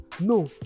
no